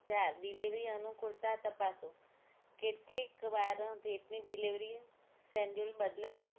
ચાર ડિલિવરી અનુકુળતા તપાસો કેટલીક વાર ભેટનું ડિલિવરી સેંડયુલ બદલાયે